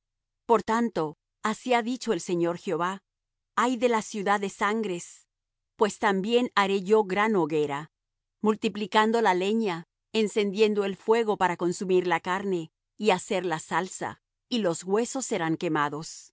por tanto así ha dicho el señor jehová ay de la ciudad de sangres pues también haré yo gran hoguera multiplicando la leña encendiendo el fuego para consumir la carne y hacer la salsa y los huesos serán quemados